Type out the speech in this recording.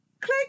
click